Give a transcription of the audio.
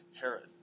Herod